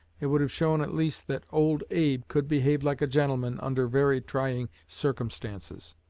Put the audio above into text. it would have shown at least that old abe could behave like a gentleman under very trying circumstances.